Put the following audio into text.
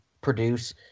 produce